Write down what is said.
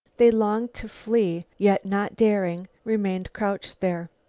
they longed to flee, yet, not daring, remained crouching there.